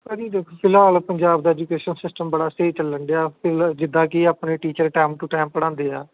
sir ਦੇਖੋ ਫਿਲਹਾਲ ਪੰਜਾਬ ਦਾ ਐਜੂਕੇਸ਼ਨ ਸਿਸਟਮ ਬੜਾ ਸਟੇਅ ਚੱਲਣ ਡਿਆ ਫਿਲ ਜਿੱਦਾਂ ਕਿ ਆਪਣੇ ਟੀਚਰ ਟਾਈਮ ਟੂ ਟਾਈਮ ਪੜਾਉਂਦੇ ਆ